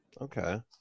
okay